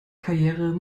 karriere